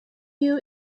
you